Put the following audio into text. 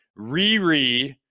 riri